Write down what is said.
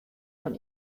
fan